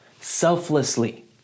selflessly